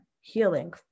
healing